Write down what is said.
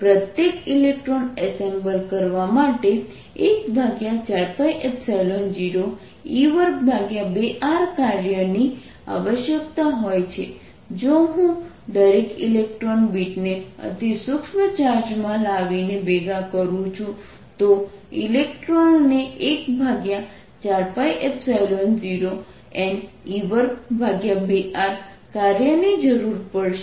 પ્રત્યેક electron assemble કરવા માટે 14π0e22R કાર્યની આવશ્યકતા હોય છે જો હું દરેક ઇલેક્ટ્રોન બીટને અતિ સૂક્ષ્મ ચાર્જમાં લાવીને ભેગા કરું છું તો ઇલેક્ટ્રોનને 14π0Ne22R કાર્ય ની જરૂર પડશે